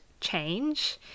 change